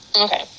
Okay